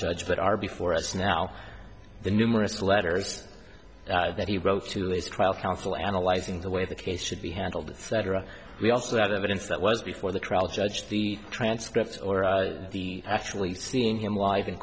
judge but are before us now the numerous letters that he wrote to his trial counsel analyzing the way the case should be handled cetera we also that evidence that was before the trial judge the transcripts or the actually seeing him live in